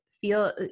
feel